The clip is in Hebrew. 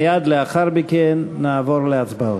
מייד לאחר מכן לאחר מכן נעבור להצבעות.